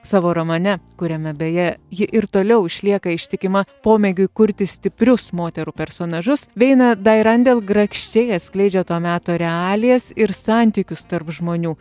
savo romane kuriame beje ji ir toliau išlieka ištikima pomėgiui kurti stiprius moterų personažus veina dai randel grakščiai atskleidžia to meto realijas ir santykius tarp žmonių